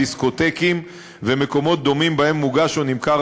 דיסקוטקים ומקומות דומים שבהם מוגש או נמכר